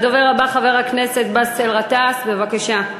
הדובר הבא, חבר הכנסת באסל גטאס, בבקשה.